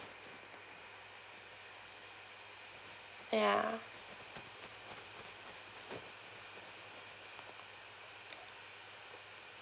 ya